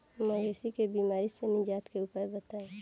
मवेशी के बिमारी से निजात के उपाय बताई?